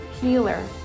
healer